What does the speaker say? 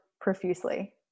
profusely